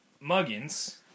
Muggins